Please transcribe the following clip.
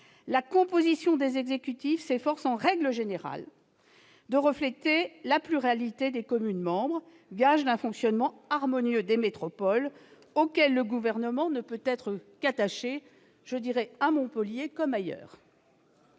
la composition des exécutifs s'efforce, en règle générale, de refléter la pluralité des communes membres, gage d'un fonctionnement harmonieux des métropoles, auquel le Gouvernement ne peut qu'être attaché, à Montpellier comme ailleurs.